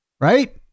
Right